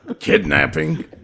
kidnapping